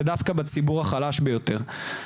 ודווקא בציבור החלש ביותר.